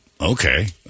Okay